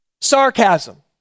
sarcasm